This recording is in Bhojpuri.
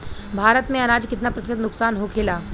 भारत में अनाज कितना प्रतिशत नुकसान होखेला?